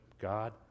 God